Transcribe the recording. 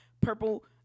Purple